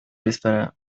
whisperer